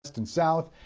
west and south.